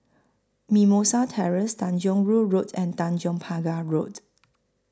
Mimosa Terrace Tanjong Rhu Road and Tanjong Pagar Road